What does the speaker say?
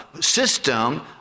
system